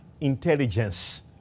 Intelligence